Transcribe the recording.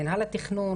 מינהל התכנון,